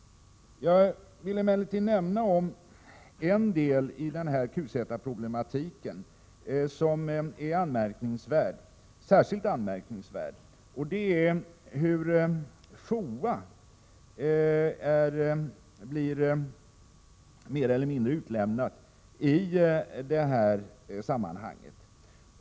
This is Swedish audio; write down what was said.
Jag vill emellertid nämna om en del i den här QZ-problematiken som är särskilt anmärkningsvärd, och det är hur FOA blir mer eller mindre utlämnad i det här sammanhanget.